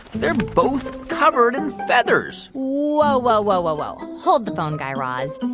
they're both covered in feathers whoa, whoa, whoa, whoa, whoa. hold the phone, guy raz.